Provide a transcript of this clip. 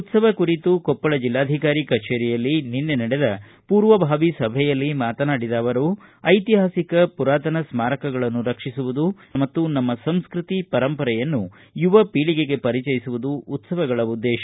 ಉತ್ಸವ ಕುರಿತು ಕೊಪ್ಪಳ ಜಿಲ್ಲಾಧಿಕಾರಿ ಕಜೇರಿಯಲ್ಲಿ ನಿನ್ನೆ ನಡೆದ ಪೂರ್ವಭಾವಿ ಸಭೆಯಲ್ಲಿ ಮಾತನಾಡಿದ ಅವರು ಐತಿಹಾಸಿಕ ಪುರಾತನ ಸ್ಮಾರಕಗಳನ್ನು ರಕ್ಷಿಸುವುದು ಮತ್ತು ನಮ್ಮ ಸಂಸ್ಕೃತಿ ಪರಂಪರೆಯನ್ನು ಯುವ ಪೀಳಿಗೆಗೆ ಪರಿಚಯಿಸುವುದು ಉತ್ತವಗಳ ಉದ್ದೇಶ